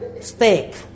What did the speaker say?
steak